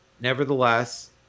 Nevertheless